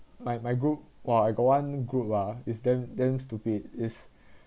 my my group !wah! I got one group ah is damn damn stupid is